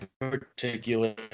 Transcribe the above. particular